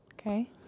Okay